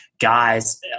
guys